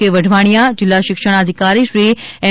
કે વઢવાણિયા જિલ્લા શિક્ષણઅધિકારી શ્રી એમ